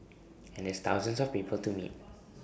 and there's thousands of people to meet